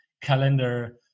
calendar